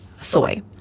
soy